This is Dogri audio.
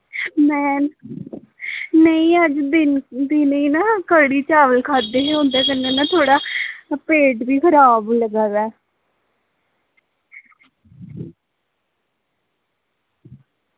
में ना अज्ज दिनें ना कढ़ी चावल खाद्धे हे ते उंदे कन्नै थोह्ड़ा पेट बी खराब लग्गा दा ऐ